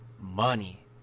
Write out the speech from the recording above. money